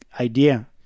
idea